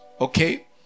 Okay